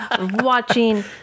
watching